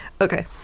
Okay